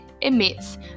emits